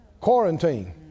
Quarantine